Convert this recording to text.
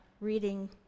reading